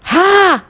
!huh!